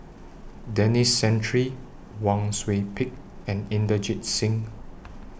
Denis Santry Wang Sui Pick and Inderjit Singh